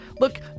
Look